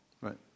Right